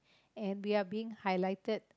and we are being highlighted